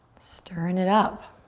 stirring it up.